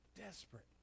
desperate